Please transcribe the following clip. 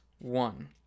one